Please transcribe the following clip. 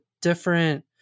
different